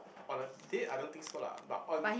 on the date I don't think so lah but on